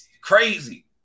crazy